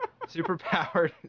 Superpowered